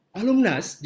alumnas